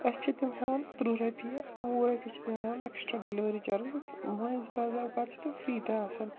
اَسہِ چھِ تِم ہٮ۪وان تٕرٛہ رۄپیہِ وُہ رۄپیہِ چھِ تِم ہٮ۪وان اٮ۪کٕسٹرٛا ڈٮ۪لؤری چارجِز تہٕ مٔنٛزۍ بعض اوقات چھِ تِم فری تہِ آسان